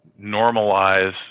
normalize